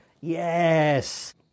Yes